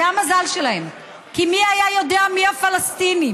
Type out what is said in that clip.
זה המזל שלהם, כי מי היה יודע מי הפלסטינים?